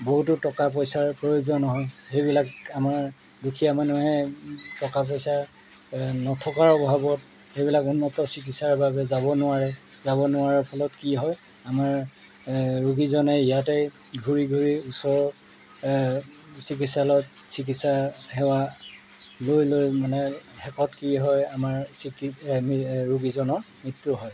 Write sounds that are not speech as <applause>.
বহুতো টকা পইচাৰ প্ৰয়োজন হয় সেইবিলাক আমাৰ দুখীয়া মানুহে টকা পইচা নথকাৰ অভাৱত সেইবিলাক উন্নত চিকিৎসাৰ বাবে যাব নোৱাৰে যাব নোৱাৰাৰ ফলত কি হয় আমাৰ ৰোগীজনে ইয়াতেই ঘূৰি ঘূৰি ওচৰৰ চিকিৎসালয়ত চিকিৎসা সেৱা লৈ লৈ মানে শেষত কি হয় আমাৰ চিকিৎ <unintelligible> ৰোগীজনৰ মৃত্যু হয়